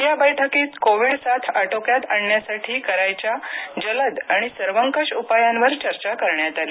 या बैठकीत कोविड साथ आटोक्यात आणण्यासाठी करायच्या जलद आणि सर्वकष उपायांवर चर्चा करण्यात आली